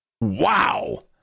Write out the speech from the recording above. Wow